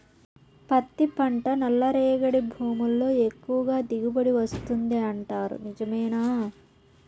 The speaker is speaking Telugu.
పత్తి పంట నల్లరేగడి భూముల్లో ఎక్కువగా దిగుబడి వస్తుంది అంటారు నిజమేనా